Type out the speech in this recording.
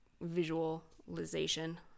visualization